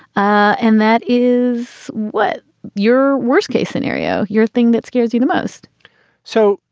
and that is what your worst case scenario. your thing that scares you the most so,